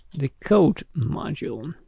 the code module.